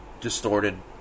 distorted